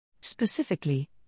Specifically